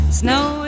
snow